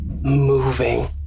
moving